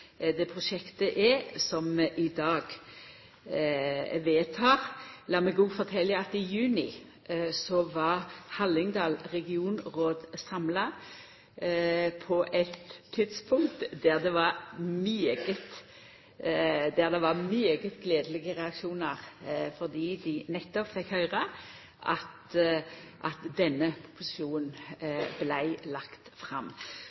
det prosjektet er som ein i dag vedtek. Lat meg òg fortelja at i juni var Regionrådet for Hallingdal på eit tidspunkt samla, der det var svært gledelege reaksjonar fordi dei nettopp fekk høyra at denne proposisjonen vart lagd fram.